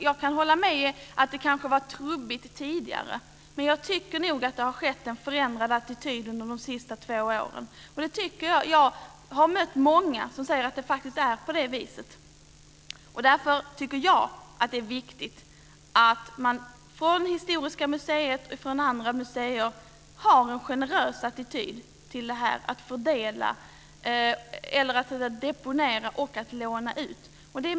Jag kan hålla med om att det kanske var tungrott tidigare, men jag tycker nog att det har kommit en förändrad attityd under de senaste två åren. Jag har mött många som säger att det faktiskt är på det viset. Därför tycker jag att det är viktigt att man från Historiska museet och från andra museer har en generös attityd till deponering och utlåning.